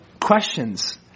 questions